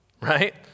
right